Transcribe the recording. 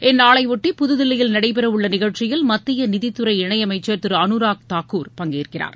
இந்நாளையொட்டி புதில்லியில் நடைபெற உள்ள நிகழ்ச்சியில் மத்திய நிதித்துறை இணையமைச்சர் திரு அனுராக் தாக்கூர் பங்கேற்கிறார்